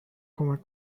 کمک